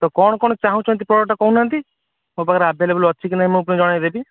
ତ କ'ଣ କ'ଣ ଚାଁହୁଚନ୍ତି ପ୍ରଡକ୍ଟ କହୁନାହାଁନ୍ତି ମୋ ପାଖେ ଆଭେଲେବୁଲ ଅଛି କି ନାଇଁ ମୁଁ ଜଣେଇ ଦେବି